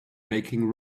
making